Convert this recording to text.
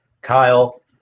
Kyle